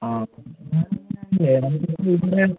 ആ